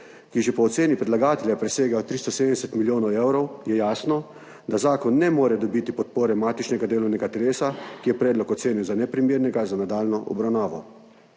ki že po oceni predlagatelja presega 370 milijonov evrov, je jasno, da zakon ne more dobiti podpore matičnega delovnega telesa, ki je predlog ocenil za neprimernega za nadaljnjo obravnavo.